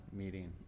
meeting